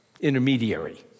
intermediary